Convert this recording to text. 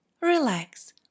relax